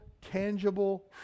tangible